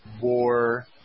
war